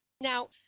Now